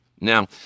Now